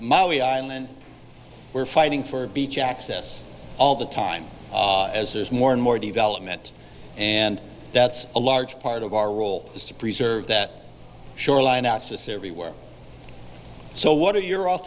maui island we're fighting for beach access all the time as is more and more development and that's a large part of our role is to preserve that shoreline access everywhere so what are your